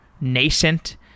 nascent